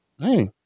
hey